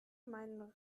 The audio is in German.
meinen